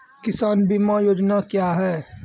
किसान बीमा योजना क्या हैं?